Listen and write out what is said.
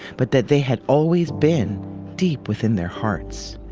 but that they had always been deep within their hearts